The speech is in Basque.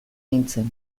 nintzen